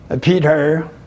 Peter